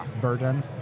burden